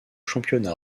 championnat